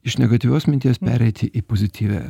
iš negatyvios minties pereiti į pozityvią